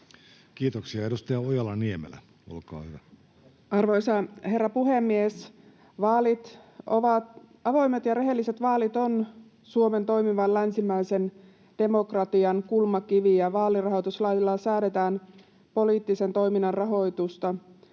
Kiitoksia. — Edustaja Ojala-Niemelä, olkaa hyvä. Arvoisa herra puhemies! Avoimet ja rehelliset vaalit ovat Suomen toimivan länsimaisen demokratian kulmakivi, ja vaalirahoituslailla säädetään poliittisen toiminnan rahoitusta.